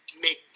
make